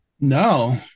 No